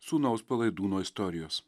sūnaus palaidūno istorijos